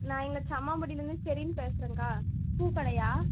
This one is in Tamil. நான் இங்கே சம்மாபட்டியிலருந்து ஷெரீன் பேசுகிறேன் அக்கா பூ கடையா